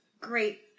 great